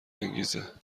انگیزه